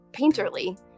painterly